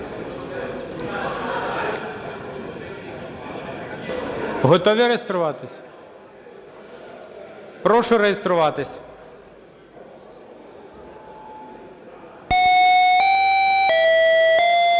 Готові реєструватись? Прошу реєструватись. 16:01:46